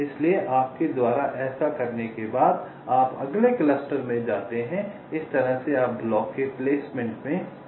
इसलिए आपके द्वारा ऐसा करने के बाद आप अगले क्लस्टर में जाते हैं इस तरह से आप ब्लॉक के प्लेसमेंट में विभाजन बनाते हैं